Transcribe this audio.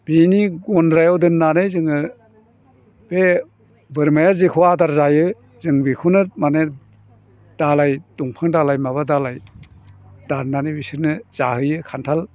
बिनि गन्द्रायाव दोननानै जोङो बे बोरमाया जेखौ आदार जायो जों बेखौनो माने दालाइ दंफां दालाइ माबा दालाइ दाननानै बिसोरनो जाहोयो खान्थाल